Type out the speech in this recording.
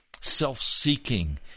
self-seeking